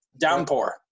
downpour